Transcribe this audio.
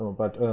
but,